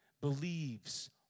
Believes